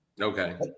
Okay